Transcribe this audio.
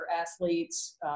athletes